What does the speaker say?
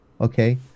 Okay